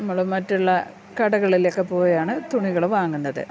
നമ്മൾ മറ്റുള്ള കടകളിലൊക്കെ പോയാണ് തുണികൾ വാങ്ങുന്നത്